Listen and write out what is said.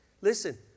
Listen